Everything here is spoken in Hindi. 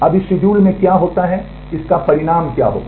अब इस शेड्यूल में क्या होता है इसका परिणाम क्या होगा